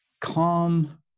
calm